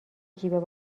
جیب